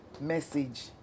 message